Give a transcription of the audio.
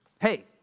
hey